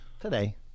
today